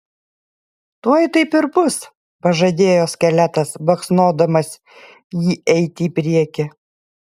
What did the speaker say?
tuoj taip ir bus pažadėjo skeletas baksnodamas jį eiti į priekį